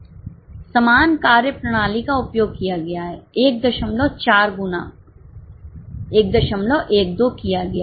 समान कार्यप्रणाली का उपयोग किया गया है 14 गुना 112 किया गया था